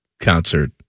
concert